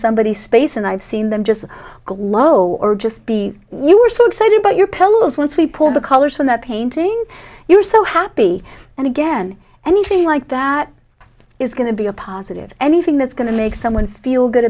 somebody's space and i've seen them just glow or just be you were so excited about your pillows once we pulled the colors from that painting you were so happy and again anything like that is going to be a positive anything that's going to make someone feel good